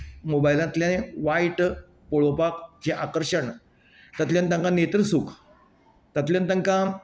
मोबायलांतले वायट पळोवपाक जे आकर्शणांतल्यान तांका नेत्र सुखांतातल्यान तांकां